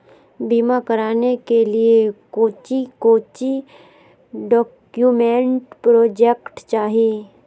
बीमा कराने के लिए कोच्चि कोच्चि डॉक्यूमेंट प्रोजेक्ट चाहिए?